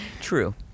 True